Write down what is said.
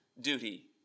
duty